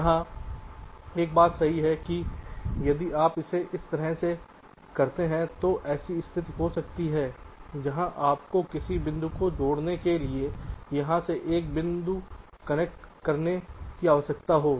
इसलिए यहां एक बात सही है कि यदि आप इसे इस तरह से करते हैं तो ऐसी स्थिति हो सकती है जहां आपको किसी बिंदु को जोड़ने के लिए यहां से एक बिंदु कनेक्ट करने की आवश्यकता हो